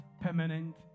permanent